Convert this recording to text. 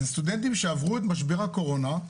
זה סטודנטים שעברו את משבר הקורונה,